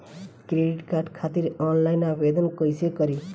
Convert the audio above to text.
Credit card खातिर online आवेदन कइसे करि?